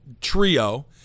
trio –